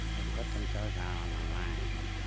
ah put themselves out on a line.